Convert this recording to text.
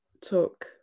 took